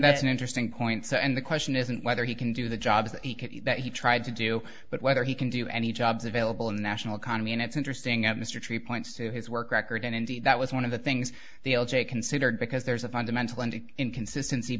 that's an interesting point so and the question isn't whether he can do the jobs that he tried to do but whether he can do any jobs available in the national economy and it's interesting that mr tree points to his work record and indeed that was one of the things considered because there's a fundamental and inconsistency